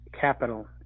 capital